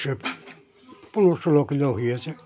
সে পনেরো ষোলো কিলো হয়েছে